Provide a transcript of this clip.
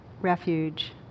refuge